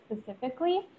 specifically